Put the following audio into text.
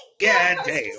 Goddamn